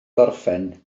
gorffen